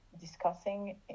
discussing